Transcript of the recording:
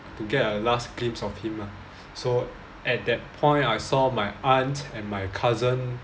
to get a last glimpse of him ah so at that point I saw my aunt and my cousin